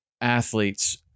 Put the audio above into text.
athletes